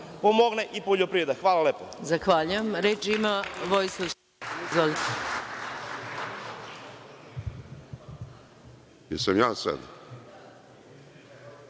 pomogne poljoprivredi? Hvala lepo.